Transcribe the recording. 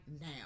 now